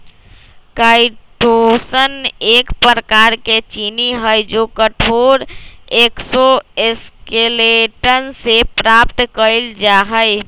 chitosan एक प्रकार के चीनी हई जो कठोर एक्सोस्केलेटन से प्राप्त कइल जा हई